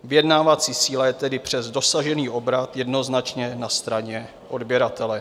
Vyjednávací síla je tedy přes dosažený obrat jednoznačně na straně odběratele.